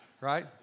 right